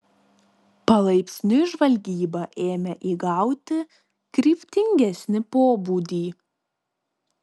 palaipsniui žvalgyba ėmė įgauti kryptingesnį pobūdį